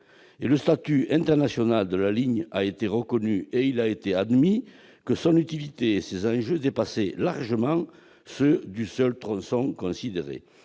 Le statut international de la ligne a été reconnu et il a été admis que son utilité et ses enjeux dépassaient largement ceux du seul tronçon considéré.